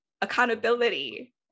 accountability